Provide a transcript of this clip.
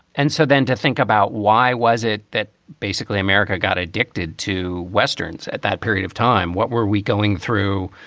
and so then to think about why was it that basically america got addicted to westerns at that period of time, what were we going through?